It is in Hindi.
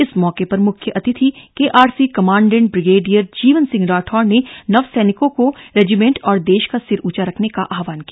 इस मौके पर मुख्य अतिथि KRC commandant brigadier Jeevan Singh Rathore ने नवसैनिकों को रेजिमेंट और देश का सिर ऊंचा रखने का आह्वान किया